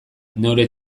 neure